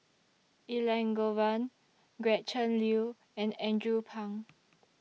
Elangovan Gretchen Liu and Andrew Phang